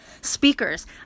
speakers